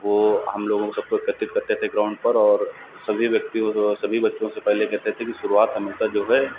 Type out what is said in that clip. वह हम लोगों सब को एकत्रित करते थे ग्राउन्ड पर और सभी व्यक्ति और सभी बच्चों से पहले कहते थे कि शुरुआत हमेशा जो है